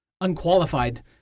unqualified